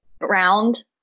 round